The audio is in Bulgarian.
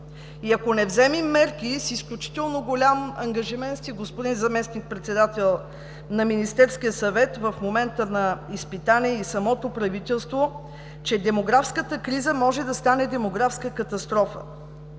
И ако не вземем мерки – с изключително голям ангажимент сте, господин Заместник-председател на Министерския съвет, в момента на изпитание е и самото правителство, че демографската криза може да стане демографска катастрофа.